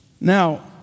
Now